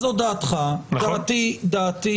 אז זו דעתך, דעתי